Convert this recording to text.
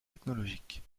technologiques